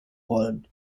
rollen